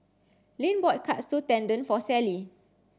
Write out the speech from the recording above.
Lynn bought Katsu Tendon for Sallie